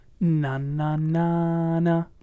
Na-na-na-na